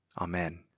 Amen